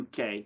uk